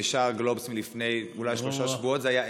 בשער גלובס לפני שלושה שבועות זה היה אפס.